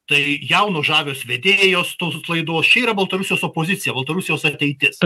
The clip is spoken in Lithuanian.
tai jaunos žavios vedėjos tos laidos čia yra baltarusijos opozicija baltarusijos ateitis